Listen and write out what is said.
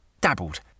dabbled